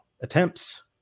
attempts